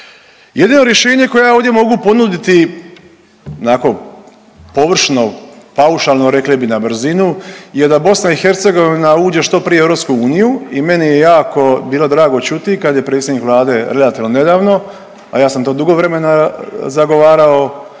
Jedino rješenje koje ja ovdje mogu ponuditi onako površno, paušalno, rekli bi na brzinu je da BiH uđe što prije u EU i meni je jako bilo drago čuti kad je predsjednik vlade relativno nedavno, a ja sam to dugo vremena zagovarao,